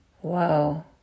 Whoa